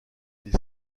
des